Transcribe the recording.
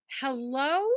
hello